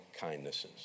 kindnesses